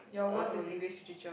your worst is English teacher